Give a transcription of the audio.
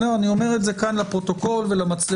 אני אומר את זה כאן לפרוטוקול ולמצלמות.